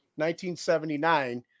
1979